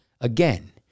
again